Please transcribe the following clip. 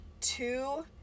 two